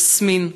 יסמין.